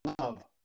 love